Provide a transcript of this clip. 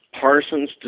Parsons